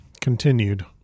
Continued